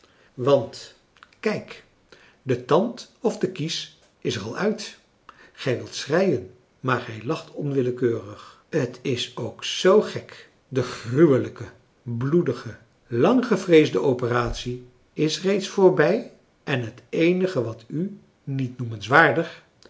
want kijk de tand of de kies is er al uit gij wilt schreien maar gij lacht onwillekeurig t is ook zoo gek de gruwelijke bloedige langgevreesde operatie is reeds voorbij en het eenige wat u